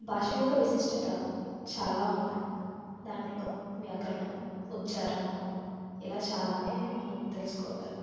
భాష యొక్క విశిష్టత చాలా ఉన్నాయి దాంట్లో వ్యాకరణం ఉచ్చారణ ఇలా చాలా మనం తెలుసుకోగలం